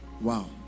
Wow